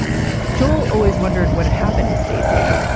i'm i'm joel. always wondered what had happened with stacey.